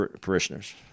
parishioners